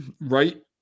right